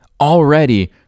already